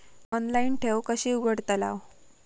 Online ठेव कशी उघडतलाव?